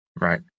Right